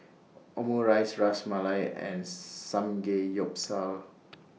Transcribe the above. Omurice Ras Malai and Samgeyopsal